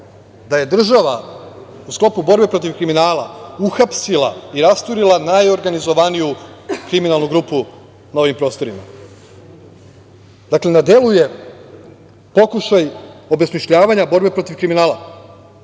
da je država u sklopu borbe protiv kriminala uhapsila i rasturila najorganizovaniju kriminalnu grupu na ovim prostorima. Dakle, na delu je pokušaj obesmišljavanja borbe protiv kriminala,